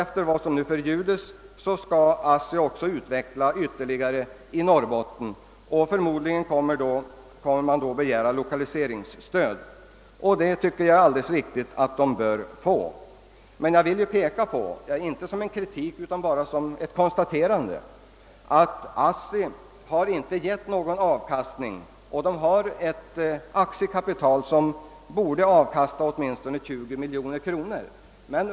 Efter vad som nu förljudes skall ASSI ytterligare utvidga verksamheten i Norrbotten, och förmodligen kommer man då att begära lokaliseringsstöd. Det tycker jag att ASSI bör få. Jag vill emellertid påpeka — inte som en kritik, utan bara som ett konstaterande — att ASSI inte har givit någon avkastning. Aktiekapitalet borde avkasta åtminstone 20 miljoner kronor.